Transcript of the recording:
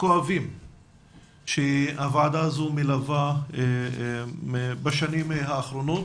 הכואבים שהוועדה הזו מלווה בשנים האחרונות.